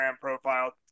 profile